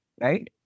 Right